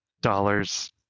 dollars